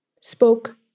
spoke